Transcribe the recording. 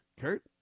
Kurt